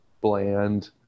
bland